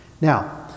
Now